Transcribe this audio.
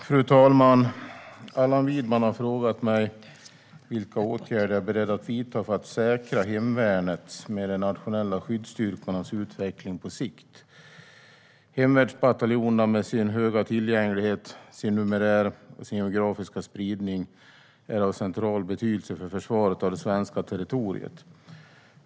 Svar på interpellationer Fru ålderspresident! Allan Widman har frågat mig vilka åtgärder jag är beredd att vidta för att säkra hemvärnets, med de nationella skyddsstyrkornas, utveckling på sikt. Hemvärnsbataljonerna, med sin höga tillgänglighet, sin numerär och sin geografiska spridning, är av central betydelse för försvaret av det svenska territoriet.